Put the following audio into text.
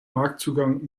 marktzugang